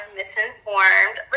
misinformed